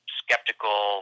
skeptical